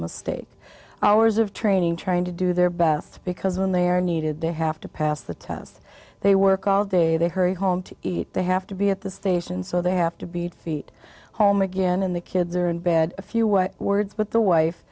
a state hours of training trying to do their best because when they are needed they have to pass the test they work all day they hurry home to eat they have to be at the station so they have to beat feet home again and the kids are in bed a few what words with the wife